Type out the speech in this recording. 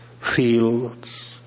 fields